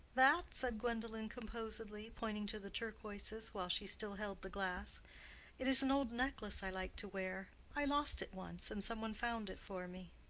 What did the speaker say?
that? said gwendolen, composedly, pointing to the turquoises, while she still held the glass it is an old necklace i like to wear. i lost it once, and someone found it for me.